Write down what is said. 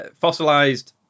fossilized